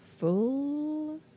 Full